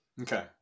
Okay